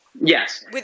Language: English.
Yes